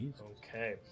Okay